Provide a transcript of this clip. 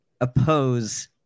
oppose